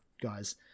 guys